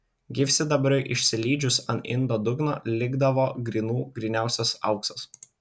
gyvsidabriui išsilydžius ant indo dugno likdavo grynų gryniausias auksas